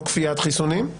לא כפיית חיסונים,